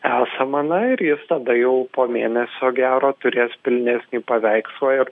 esama na ir jis tada jau po mėnesio gero turės pilnesnį paveikslą ir